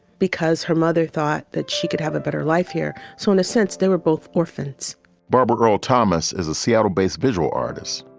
because her mother thought that she could have a better life here. so in a sense, they were both orphans barbara earl thomas is a seattle based visual artist.